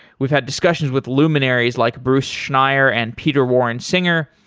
we've had discussions with luminaries, like bruce schneier and peter warren singer,